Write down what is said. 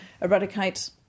eradicate